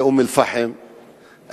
אום-אל-פחם,